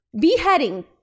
beheading